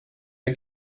der